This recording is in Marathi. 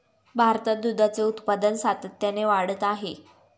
भारतात दुधाचे उत्पादन सातत्याने वाढत आहे